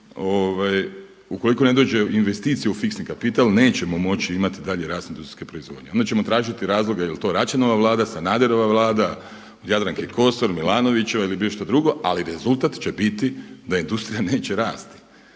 ukoliko ne dođe investicija u fiksni kapital nećemo moći imati dalje rast industrijske proizvodnje. Onda ćemo tražiti razloge jer to Račanova vlada, Sanaderova vlada, od Jadranke Kosor, MIlanovićeva ili bilo koja druga ali rezultat će biti da industrija neće rasti.